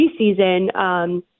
preseason